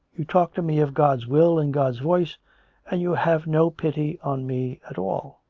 you talk to me of god's will and god's voice and you have no pity on me at all.